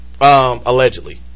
Allegedly